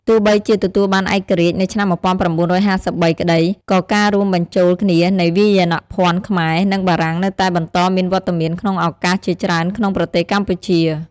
ទោះបីជាទទួលបានឯករាជ្យនៅឆ្នាំ ១៩៥៣ក្ដី ក៏ការរួមបញ្ចូលគ្នានៃវាយនភ័ណ្ឌខ្មែរ និងបារាំងនៅតែបន្តមានវត្តមានក្នុងឱកាសជាច្រើនក្នុងប្រទេសកម្ពុជា។